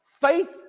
Faith